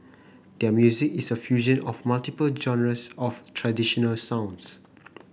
their music is a fusion of multiple genres of traditional sounds